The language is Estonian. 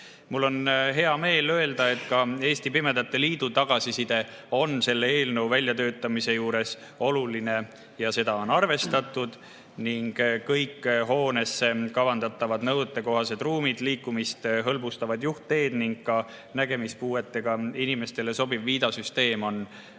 Mul on hea meel öelda, et ka Eesti Pimedate Liidu tagasiside on olnud selle eelnõu väljatöötamise juures oluline ja seda on arvestatud. Kõik hoonesse kavandatavad nõuetekohased ruumid, liikumist hõlbustavad juhtteed ja nägemispuudega inimestele sobiv viidasüsteem on väga